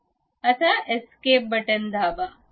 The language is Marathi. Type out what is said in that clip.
आता एस्केप बटण दाबा